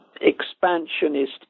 expansionist